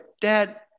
Dad